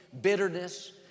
bitterness